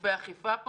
גופי האכיפה.